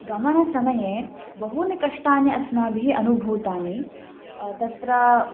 गमनसमये बहूनि कष्टानि अस्माभिः अनुभूतानि तत्र